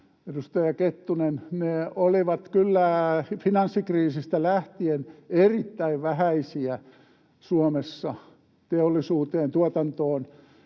edustaja Kettunen, olivat kyllä finanssikriisistä lähtien erittäin vähäisiä teollisuuteen, tuotantoon,